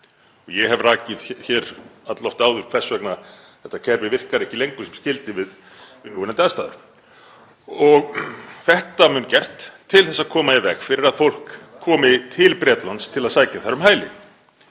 Ég hef rakið hér alloft áður hvers vegna þetta kerfi virkar ekki lengur sem skyldi við núverandi aðstæður. Þetta mun gert til þess að koma í veg fyrir að fólk komi til Bretlands til að sækja þar um hæli.